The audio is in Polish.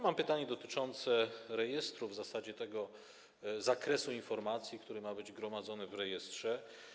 Mam pytanie dotyczące rejestru, w zasadzie zakresu informacji, które mają być gromadzone w rejestrze.